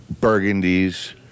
burgundies